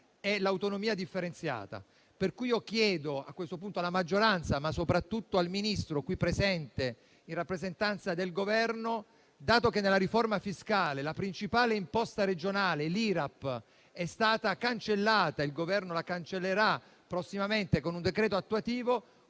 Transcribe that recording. e l'autonomia differenziata. Ho quindi una domanda da porre alla maggioranza, ma soprattutto al Ministro qui presente in rappresentanza del Governo: dato che nella riforma fiscale la principale imposta regionale, l'IRAP, è stata cancellata - il Governo la cancellerà prossimamente con un decreto attuativo